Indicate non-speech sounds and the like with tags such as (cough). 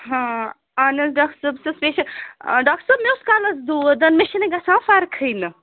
ہاں اَہن حظ ڈاکٹر صٲب (unintelligible) ڈاکٹر صٲب مےٚ اوس کَلَس دود مےٚ چھِنہٕ گژھان فرقٕے نہٕ